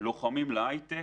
"לוחמים להייטק"